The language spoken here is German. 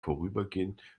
vorübergehend